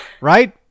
Right